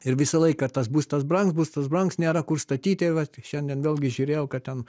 ir visą laiką tas būstas brangs būstas brangs nėra kur statyti vat šiandien vėlgi žiūrėjau kad ten